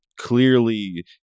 clearly